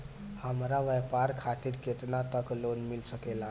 हमरा व्यापार खातिर केतना तक लोन मिल सकेला?